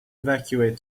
evacuate